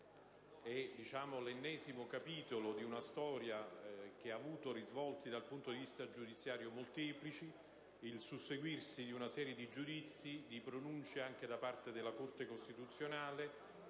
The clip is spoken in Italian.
è l'ennesimo capitolo di una storia che ha avuto molteplici risvolti dal punto di vista giudiziario, ed ha visto il susseguirsi di una serie di giudizi e di pronunce, anche da parte della Corte costituzionale,